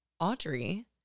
Audrey